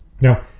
Now